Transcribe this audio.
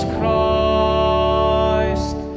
Christ